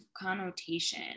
connotation